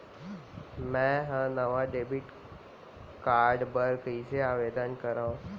मै हा नवा डेबिट कार्ड बर कईसे आवेदन करव?